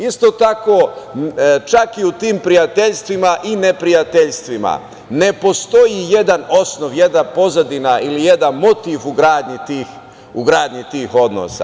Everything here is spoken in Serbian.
Isto tako, čak i u tim prijateljstvima i neprijateljstvima ne postoji jedan osnov, jedna pozadina ili jedan motiv u gradnji tih odnosa.